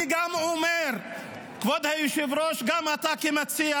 אני גם אומר, כבוד היושב-ראש, גם אתה כמציע,